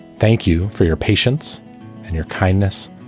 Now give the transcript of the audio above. thank you for your patience and your kindness.